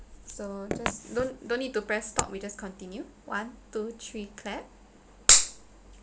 so just don't don't need to press stop we just continue one two three clap